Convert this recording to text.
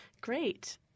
great